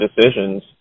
decisions